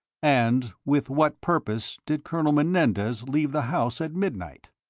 and with what purpose did colonel menendez leave the house at midnight?